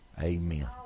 Amen